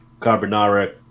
Carbonara